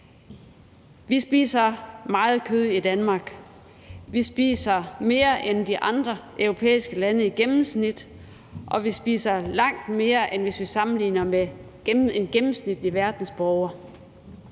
Vi spiser meget kød i Danmark. Vi spiser mere end de andre europæiske lande i gennemsnit, og vi spiser langt mere end en gennemsnitlig verdensborger,